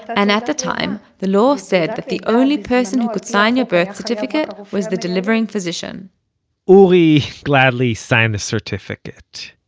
and at the time, the law said that the only person who could sign your birth certificate was the delivering physician uri gladly signed the certificate.